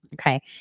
Okay